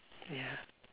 ya